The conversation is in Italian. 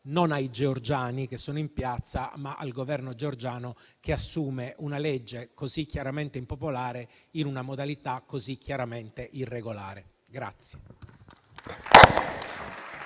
non ai georgiani che sono in piazza, ma al Governo georgiano, che approva una legge così chiaramente impopolare, in una modalità così chiaramente irregolare.